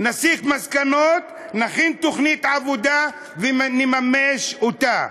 נסיק מסקנות, נכין תוכנית עבודה ונממש אותה.